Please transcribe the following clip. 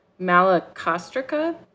malacostrica